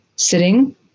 sitting